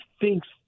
thinks